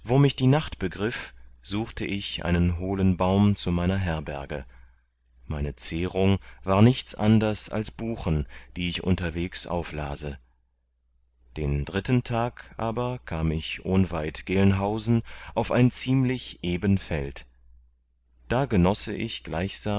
mich die nacht begriff suchte ich einen hohlen baum zu meiner herberge meine zehrung war nichts anders als buchen die ich unterwegs auflase den dritten tag aber kam ich ohnweit gelnhausen auf ein ziemlich eben feld da genosse ich